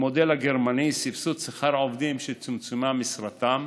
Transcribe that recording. המודל הגרמני: סבסוד שכר עובדים שצומצמה משרתם,